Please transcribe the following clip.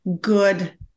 good